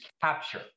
capture